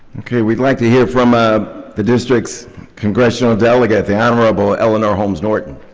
okay, we'd like to hear from ah the district's congressional delegate, the honorable eleanor holmes norton.